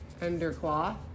undercloth